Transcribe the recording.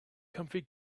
comfy